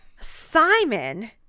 simon